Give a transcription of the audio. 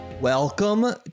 Welcome